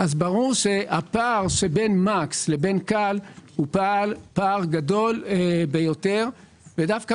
ברור שהפער שבין מקס לבין כאל הוא פער גדול ביותר ודווקא